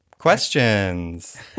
Questions